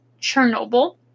Chernobyl